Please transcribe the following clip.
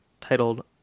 titled